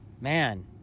man